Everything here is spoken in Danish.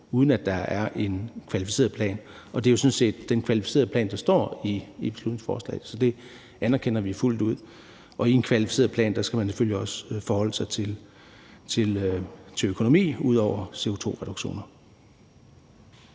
uden at der er en kvalificeret plan. Og det er jo sådan set den kvalificerede plan, der står beskrevet i beslutningsforslaget, så det anerkender vi fuldt ud. Og i en kvalificeret plan skal man selvfølgelig også ud over CO2-reduktioner